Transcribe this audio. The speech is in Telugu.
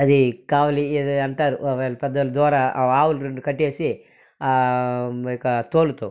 అది కావలి ఎదో అంటారు అవ పెద్ద వాళ్ళ ద్వారా ఆ ఆవులు రెండు కట్టేసి ఆ యొక్క తోలుతో